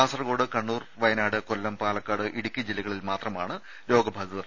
കാസർകോട് കണ്ണൂർ വയനാട് കൊല്ലം പാലക്കാട് ഇടുക്കി ജില്ലകളിൽ മാത്രമാണ് രോഗബാധിതർ